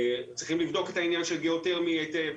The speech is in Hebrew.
צריכים לבדוק את העניין של גיאו תרמי היטב,